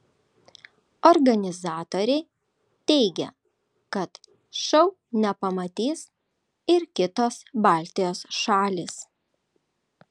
organizatoriai teigia kad šou nepamatys ir kitos baltijos šalys